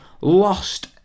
lost